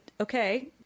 okay